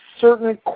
certain